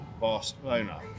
Barcelona